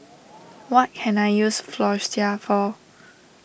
what can I use Floxia for